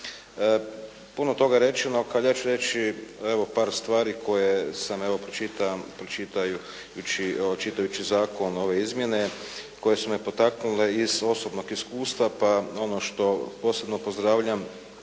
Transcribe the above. Puno toga je rečenog ali ja ću reći evo par stvari koje sam evo čitajući zakon, ove izmjene koje su me potaknule i iz osobnog iskustva pa ono što posebno pozdravljam